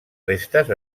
restes